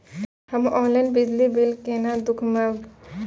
हम ऑनलाईन बिजली बील केना दूखमब?